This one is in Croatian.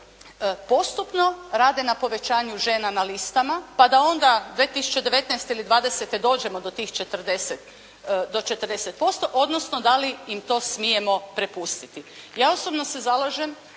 postupno rade na povećanju žena na listama, pa da onda 2019. ili dvadesete dođemo do tih 40%, odnosno da li im to smijemo prepustiti. Ja osobno se zalažem